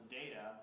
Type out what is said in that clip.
data